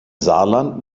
saarland